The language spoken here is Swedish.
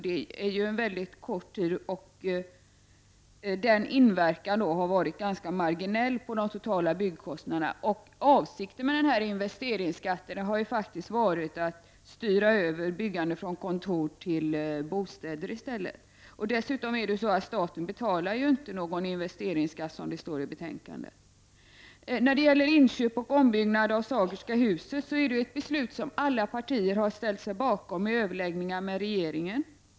Det är ju en väldigt kort tid, och inverkan har varit ganska marginell på de totala byggkostnaderna. Avsikten med investeringsskatten har faktiskt varit att styra över byggande från kontor till bostäder. Som det står i betänkandet betalar ju inte heller staten någon investeringsskatt. Beslutet om inköp och ombyggnad av Sagerska huset ställde sig alla partier bakom i överläggningar med regeringen.